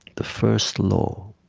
the first law,